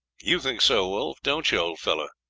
you think so, wolf, don't you, old fellow?